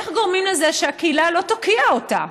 איך גורמים לזה שהקהילה לא תוקיע אותה,